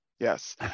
Yes